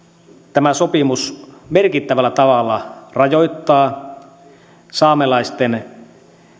tämä sopimus merkittävällä tavalla rajoittaa saamelaisten